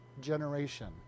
generation